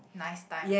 nice time